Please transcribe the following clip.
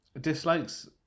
dislikes